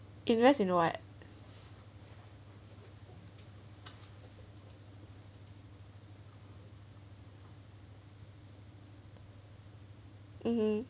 invest in what mmhmm